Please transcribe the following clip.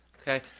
Okay